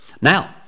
Now